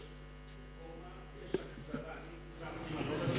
יש רפורמה ויש הקצבה,